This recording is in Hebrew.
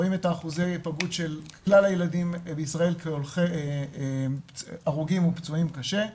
רואים את אחוזי היפגעות של כלל הילדים בישראל הרוגים ופצועים קשה,